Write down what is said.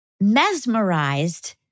mesmerized